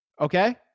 Okay